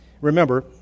remember